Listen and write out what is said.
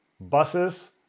buses